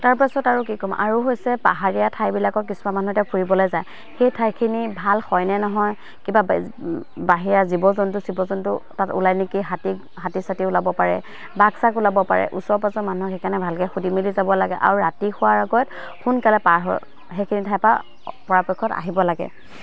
তাৰপাছত আৰু কি ক'ম আৰু হৈছে পাহাৰীয়া ঠাইবিলাকক কিছুমান মানুহ এতিয়া ফুৰিবলৈ যায় সেই ঠাইখিনি ভাল হয়নে নহয় কিবা বাহিৰা জীৱ জন্তু চীৱ জন্তু তাত ওলাই নেকি হাতী হাতী চাতি ওলাব পাৰে বাঘ চাথ ওলাব পাৰে ওচৰ পাজৰৰ মানুহক সেইকাৰণে ভালকে সুধি মেলি যাব লাগে আৰু ৰাতি হোৱাৰ আগত সোনকালে পাৰ হৈ সেইখিনি ঠাইৰপৰা পৰাপক্ষত আহিব লাগে